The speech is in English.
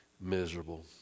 miserable